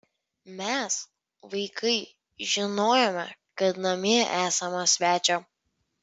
mes vaikai žinojome kad namie esama svečio